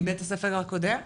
מבית הספר הקודם?